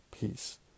peace